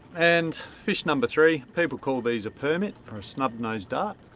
and fish number three. people call these a permit or a snub-nosed dart.